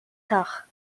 tard